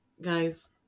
guys